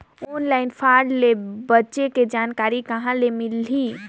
Online fraud ले बचे के जानकारी कहां ले मिलही?